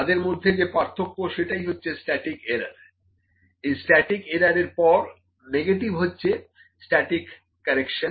তাদের মধ্যে যে পার্থক্য সেটাই হচ্ছে স্ট্যাটিক এরার এই স্ট্যাটিক এরার এর নেগেটিভ হচ্ছে স্ট্যাটিক কারেকশন